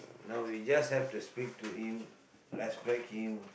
no we just have to speak to him respect him